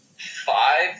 Five